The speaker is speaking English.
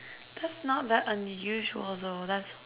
that's not that unusual though that's